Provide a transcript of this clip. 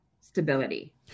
stability